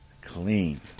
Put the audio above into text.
clean